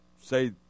say